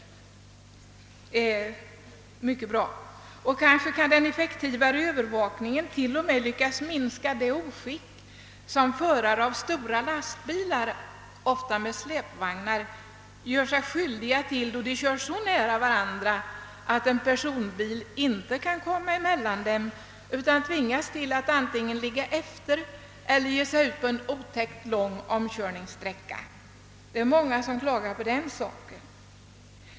Det är enligt min mening ett mycket bra förslag, och måhända blir det genom den effektivare övervakningen t.o.m. möjligt att minska det oskick som förare av stora lastbilar — ofta med släpvagnar — gör sig skyldiga till då de kör så nära varandra att föraren av en personbil inte kan komma emellan utan tvingas att antingen ligga efter fordonen med sin bil eller ge sig ut på en otäckt lång omkörningssträcka. Det är många som klagar på detta oskick.